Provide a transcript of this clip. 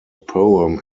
poem